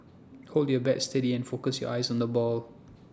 hold your bat steady and focus your eyes on the ball